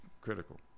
critical